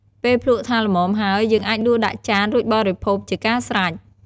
ពេលភ្លក្សថាល្មមហើយ យើងអាចដួសដាក់ចាន រួចបរិភោគជាការស្រេច។